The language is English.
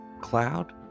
cloud